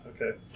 Okay